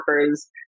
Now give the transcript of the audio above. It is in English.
workers